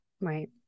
Right